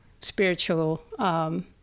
spiritual